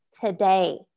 today